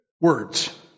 words